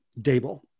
Dable